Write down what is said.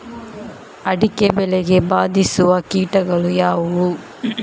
ಅಡಿಕೆ ಬೆಳೆಗೆ ಬಾಧಿಸುವ ಕೀಟಗಳು ಯಾವುವು?